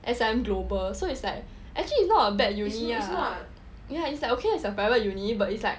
S_I_M global so it's like actually it's not a bad uni right ya it's like okay it's a private uni but it's like